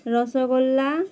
rasgulla